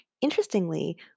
Interestingly